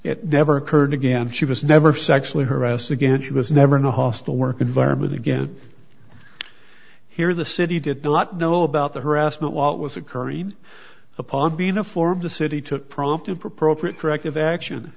it never occurred again she was never sexually harassed again she was never in a hostile work environment again here the city did not know about the harassment while it was occurring upon being a form the city took prompted preprogram corrective action